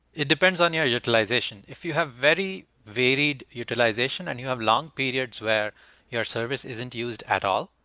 it depends on your utilization. if you have very varied utilization and you have long periods where your service isn't used at all,